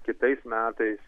kitais metais